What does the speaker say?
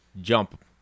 jump